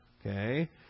Okay